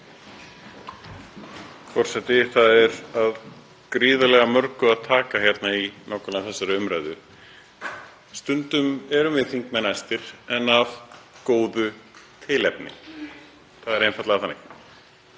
Það er af gríðarlega mörgu að taka hérna í nákvæmlega þessari umræðu. Stundum erum við þingmenn æstir en af góðu tilefni, það er einfaldlega þannig.